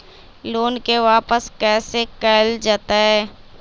Loan के वापस कैसे कैल जतय?